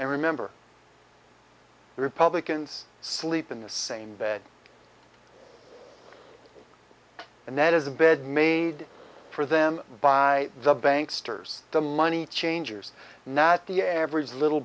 i remember republicans sleep in the same bed and that is a bed made for them by the banks toure's the money changers not the average little